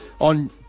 on